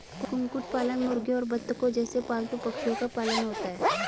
कुक्कुट पालन मुर्गियों और बत्तखों जैसे पालतू पक्षियों का पालन होता है